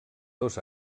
dos